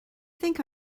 think